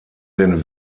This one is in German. den